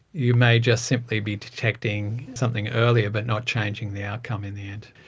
you may just simply be detecting something earlier but not changing the outcome in the end.